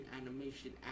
animation